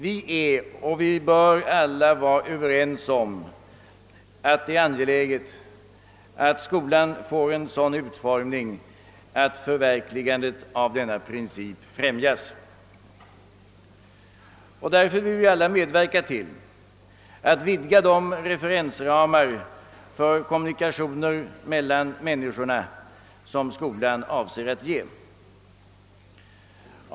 Vi är och bör vara överens om att det är angeläget att skolan får en sådan utformning att förverkligandet av denna princip främjas. Därför vill vi alla medverka till att vidga de referensramar för kommunikationer mellan människorna, som skolan avser att ge.